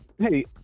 Hey